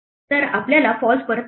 तर आपल्याला false परत मिळते